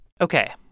Okay